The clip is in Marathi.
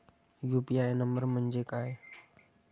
यु.पी.आय नंबर म्हणजे काय?